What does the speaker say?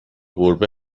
گربه